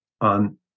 on